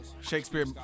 Shakespeare